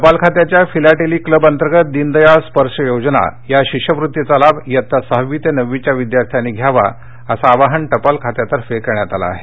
टपाल खात्याच्या philately club अंतर्गत दिनदयाळ स्पर्श योजना या शिष्यवृत्तीचा लाभ इयत्ता सहावी ते नववीच्या विद्यार्थ्यांनी घ्यावा असं आवाहन टपाल खात्यातर्फे करण्यात आले आहे